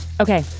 Okay